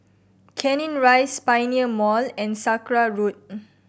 Canning Rise Pioneer Mall and Sakra Road